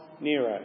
Nero